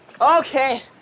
Okay